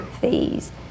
fees